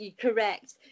correct